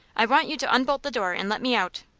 i want you to unbolt the door and let me out.